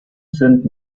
sind